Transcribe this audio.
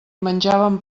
menjàvem